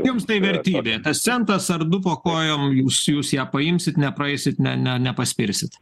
jums tai vertybė tas centras ar du po kojom jūs jūs ją paimsit nepraeisit ne ne nepaspirsit